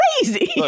crazy